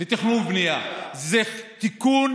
בחוק התכנון והבנייה, תיקון